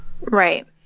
Right